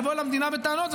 לבוא למדינה בטענות,